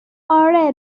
آره